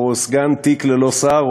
או סגן תיק ללא שר,